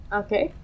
okay